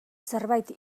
zerbait